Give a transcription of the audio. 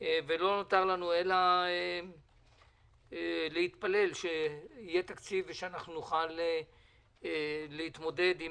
לא נותר לנו אלא להתפלל שיהיה תקציב ושאנחנו נוכל להתמודד עם